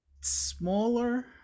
smaller